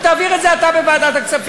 וראש הממשלה, אני זוכר באחת מהוועדות פה,